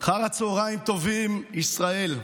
אחר הצוהריים טובים, ישראל.